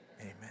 Amen